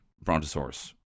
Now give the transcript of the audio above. brontosaurus